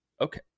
Okay